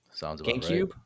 GameCube